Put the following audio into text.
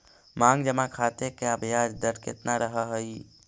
मांग जमा खाते का ब्याज दर केतना रहअ हई